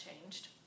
changed